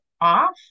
off